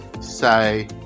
say